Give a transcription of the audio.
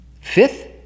Fifth